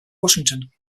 washington